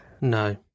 No